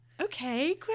okay